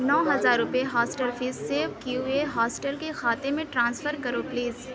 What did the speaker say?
نو ہزار روپئے hostel fees save کیے ہوئے ہاسٹل کے کھاتے میں ٹرانسفر کرو پلیز